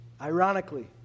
Ironically